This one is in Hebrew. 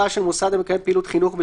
משהו.